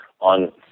on